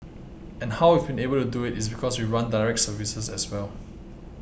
and how we've been able to do it is because we run direct services as well